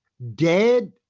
Dead